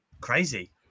Crazy